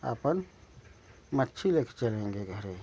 अपन मच्छी ले कर चलेंगे घरे